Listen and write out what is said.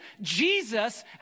Jesus